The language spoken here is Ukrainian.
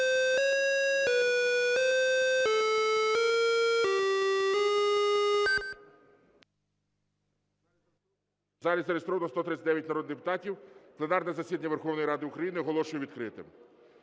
залі зареєстровано 139 народних депутатів. Пленарне засідання Верховної Ради України оголошую відкритим.